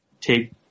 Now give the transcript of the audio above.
take